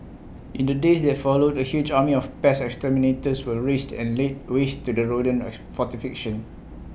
in the days that followed A huge army of pest exterminators were raised and laid waste to the rodent as fortification